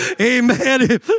Amen